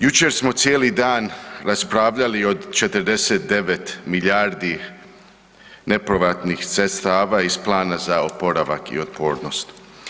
Jučer smo cijeli dan raspravljali o 49 milijardi nepovratnih sredstava iz Plana za oporavak i otpornost.